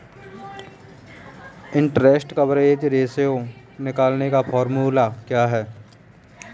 Interest coverage ratio निकालने का formula क्या है?